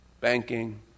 banking